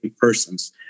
persons